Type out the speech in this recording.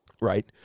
right